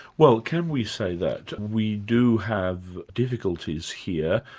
well can we say that? we do have difficulties here,